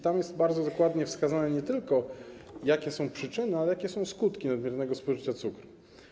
Tam jest bardzo dokładnie wskazane nie tylko, jakie są przyczyny, ale też jakie są skutki nadmiernego spożycia cukru.